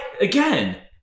again